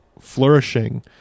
flourishing